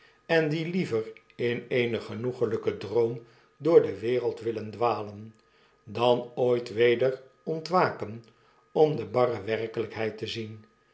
en die liever in eenen genoegelyken droom door de wereld willen dwalen dan ooit weder ontwaken om de barre werkelykheid te zien